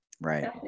Right